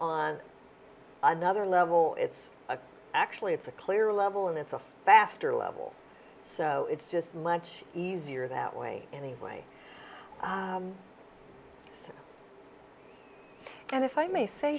on another level it's a actually it's a clear level and it's a faster level so it's just much easier that way anyway and if i may say